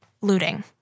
looting